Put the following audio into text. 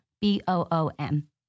B-O-O-M